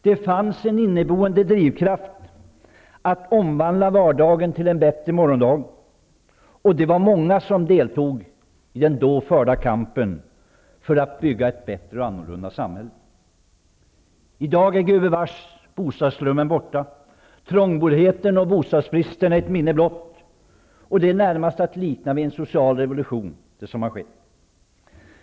Det fanns en inneboende drivkraft att omvandla vardagen till en bättre morgondag. Många deltog i den då förda kampen för att bygga ett bättre och annorlunda samhälle. I dag är gubevars bostadsslummen borta. Trångboddheten och bostadsbristen är ett minne blott. Det som hänt är närmast att likna vid en social revolution.